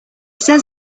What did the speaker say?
says